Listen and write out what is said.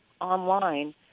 online